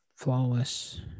Flawless